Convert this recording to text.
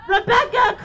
Rebecca